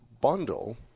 bundle